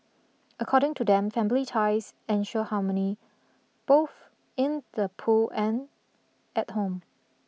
according to them family ties ensure harmony both in the pool and at home